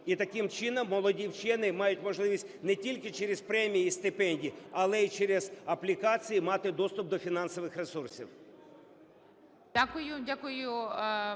і таким чином молоді вчені мають можливість не тільки через премії і стипендії, але і через аплікації мати доступ до фінансових ресурсів.